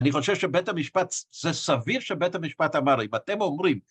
אני חושב שבית המשפט, זה סביר שבית המשפט אמר, אם אתם אומרים...